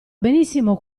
benissimo